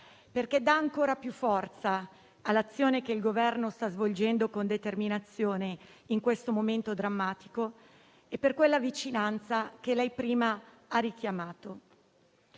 perché dà ancora più forza all'azione che il Governo sta svolgendo con determinazione in questo momento drammatico e per quella vicinanza che lei prima ha richiamato.